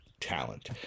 talent